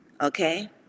okay